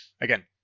again